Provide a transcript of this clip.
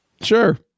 sure